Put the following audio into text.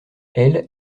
elles